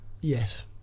Yes